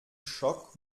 schock